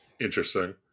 Interesting